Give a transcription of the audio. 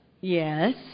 yes